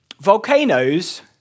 volcanoes